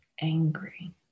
angry